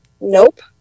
nope